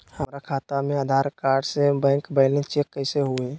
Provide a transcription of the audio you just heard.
हमरा खाता में आधार कार्ड से बैंक बैलेंस चेक कैसे हुई?